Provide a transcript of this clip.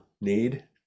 need